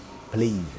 please